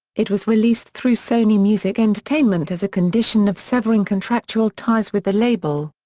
it was released through sony music entertainment as a condition of severing contractual ties with the label.